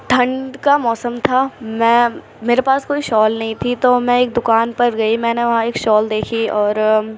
ٹھنڈ کا موسم تھا میں میرے پاس کوئی شال نہیں تھی تو میں ایک دُکان پر گئی میں نے وہاں ایک شال دیکھی اور